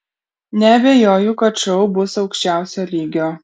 neabejoju kad šou bus aukščiausio lygio